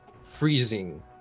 freezing